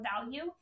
value